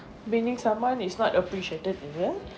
meaning someone is not appreciated is it